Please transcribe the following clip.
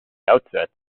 outset